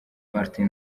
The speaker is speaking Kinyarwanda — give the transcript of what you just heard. martin